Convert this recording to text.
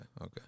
Okay